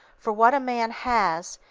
for what a man has,